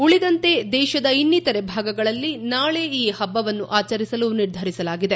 ಉಳಿದಂತೆ ದೇಶದ ಇನ್ನಿತರೆ ಭಾಗಗಳಲ್ಲಿ ನಾಳೆ ಈ ಹಬ್ಬ ವನ್ನು ಆಚರಿಸಲು ನಿರ್ಧರಿಸಲಾಗಿದೆ